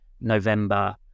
November